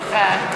זיכרונו לברכה.